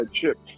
chips